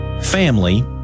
family